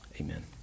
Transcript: amen